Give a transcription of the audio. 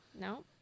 No